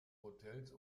hotels